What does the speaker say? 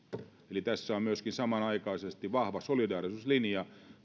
tässä on myöskin samanaikaisesti vahva solidaarisuuslinja